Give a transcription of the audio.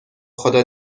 خدا